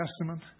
Testament